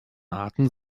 arten